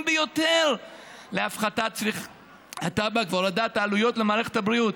ביותר להפחתת צריכת הטבק ולהורדת העלויות למערכת הבריאות.